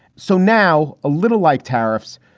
so now a little like tariffs.